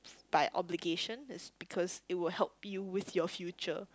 by obligation it's because it will help you with your future